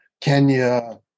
Kenya